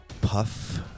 puff